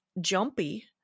jumpy